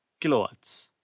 kilowatts